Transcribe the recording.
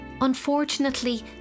Unfortunately